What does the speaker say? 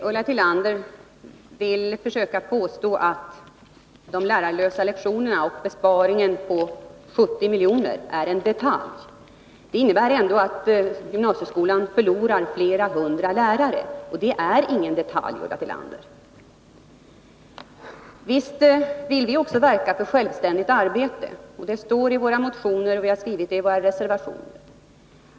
Herr talman! Ulla Tillander påstår att de lärarlösa lektionerna och besparingen på 70 milj.kr. är en detalj. Gymnasieskolan förlorar dock härigenom flera hundra lärare, och det är ingen detalj. Visst vill vi också verka för självständigt arbete. Det står i våra motioner och reservationer.